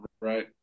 right